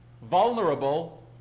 vulnerable